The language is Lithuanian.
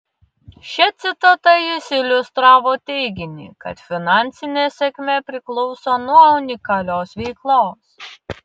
šia citata jis iliustravo teiginį kad finansinė sėkmė priklauso nuo unikalios veiklos